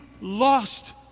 lost